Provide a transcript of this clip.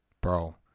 bro